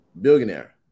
billionaire